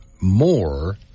more